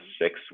six